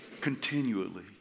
Continually